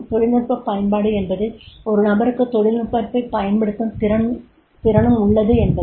தொழில்நுட்ப பயன்பாடு என்பது ஒரு நபருக்கு தொழில்நுட்பத்தைப் பயன்படுத்தும் திறனும் உள்ளது என்பதே